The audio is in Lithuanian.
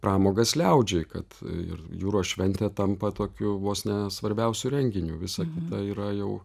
pramogas liaudžiai kad ir jūros šventė tampa tokiu vos ne svarbiausiu renginiu visa kita yra jau